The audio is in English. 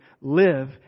live